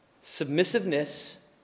Submissiveness